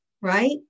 right